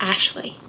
Ashley